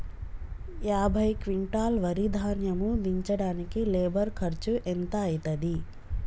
యాభై క్వింటాల్ వరి ధాన్యము దించడానికి లేబర్ ఖర్చు ఎంత అయితది?